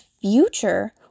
future